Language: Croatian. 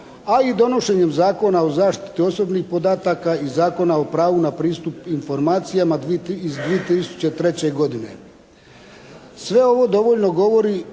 a i donošenjem Zakona o zaštiti osobnih podataka i Zakona o pravu na pristup informacijama iz 2003. godine. Sve ovo dovoljno govori